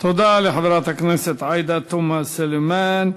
תודה לחברת הכנסת עאידה תומא סלימאן.